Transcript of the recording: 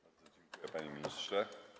Bardzo dziękuję, panie ministrze.